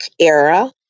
era